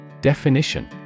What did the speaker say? Definition